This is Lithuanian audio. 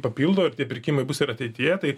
papildo ir tie pirkimai bus ir ateityje tai